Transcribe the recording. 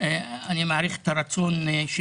אני עדיין אומר שהדבר הנכון ביותר לעשות זה